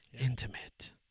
intimate